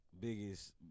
biggest